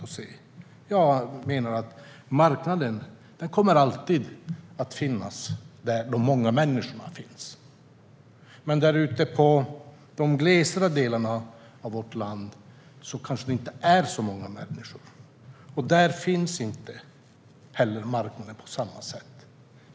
Jag menar att marknaden alltid kommer att finnas där de många människorna finns. Men i andra delar av vårt land är det kanske inte så många människor, och där finns inte marknaden på samma sätt.